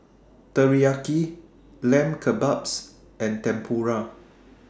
Teriyaki Lamb Kebabs and Tempura